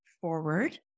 forward